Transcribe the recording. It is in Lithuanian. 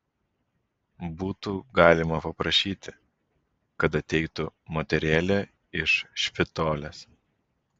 būtų galima paprašyti kad ateitų moterėlė iš špitolės